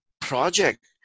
project